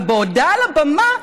ובעודה על הבמה,